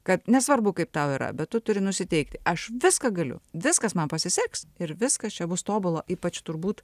kad nesvarbu kaip tau yra bet tu turi nusiteikti aš viską galiu viskas man pasiseks ir viskas čia bus tobulo ypač turbūt